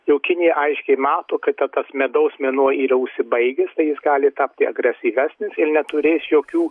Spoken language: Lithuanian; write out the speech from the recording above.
jau kinija aiškiai mato kad ta tas medaus mėnuo yra užsibaigęs tai jis gali tapti agresyvesnis ir neturės jokių